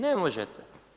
Ne možete.